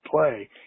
play